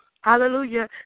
Hallelujah